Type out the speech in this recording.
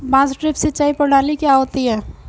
बांस ड्रिप सिंचाई प्रणाली क्या होती है?